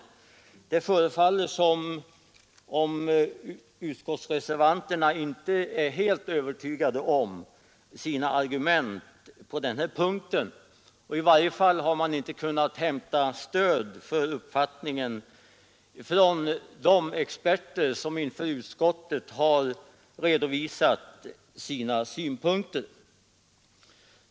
Det förefaller som om utskottsreservanterna inte är helt övertygande om sina argument på den här punkten. I varje fall har man inte kunnat hämta stöd för uppfattningen från de experter, som inför utskottet har redovisat sina synpunkter.